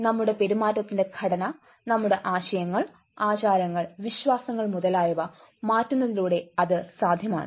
നമ്മുടെ പെരുമാറ്റത്തിന്റെ ഘടന നമ്മുടെ ആശയങ്ങൾ ആചാരങ്ങൾ വിശ്വാസങ്ങൾ മുതലായവ മാറ്റുന്നതിലൂടെ അത് സാധ്യമാണ്